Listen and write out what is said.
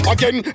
Again